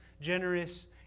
generous